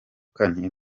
kane